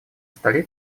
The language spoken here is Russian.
столе